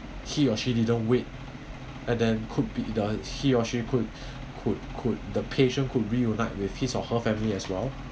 he or she didn't wait and then could be d~ he or she could could could the patient could reunite with his or her family as well